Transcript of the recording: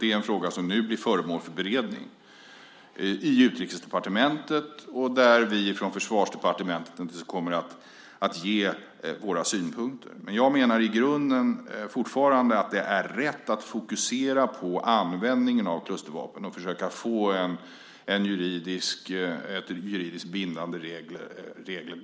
Det är en fråga som nu blir föremål för beredning i Utrikesdepartementet, och från Försvarsdepartementet kommer vi naturligtvis att ge våra synpunkter. Jag menar fortfarande att det i grunden är rätt att fokusera på användningen av klustervapnen och försöka få ett juridiskt bindande regelverk.